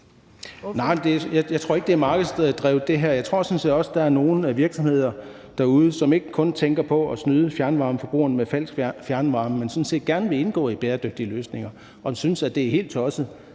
jeg tror ikke, at det her er markedsdrevet. Jeg tror sådan set også, at der er nogle virksomheder derude, som ikke kun tænker på at snyde fjernvarmeforbrugerne med falsk fjernvarme, men sådan set gerne vil indgå i bæredygtige løsninger og synes, at det er helt tosset,